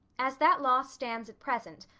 as that law stands at present,